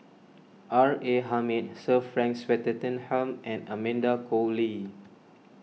R A Hamid Sir Frank Swettenham and Amanda Koe Lee